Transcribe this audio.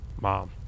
mom